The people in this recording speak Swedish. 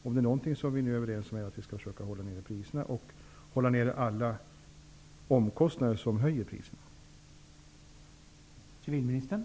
Om det är någonting vi är överens om, så är det att vi skall försöka hålla nere priserna och alla omkostnader som höjer priserna.